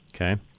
Okay